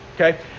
Okay